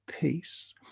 peace